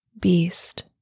beast